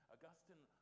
Augustine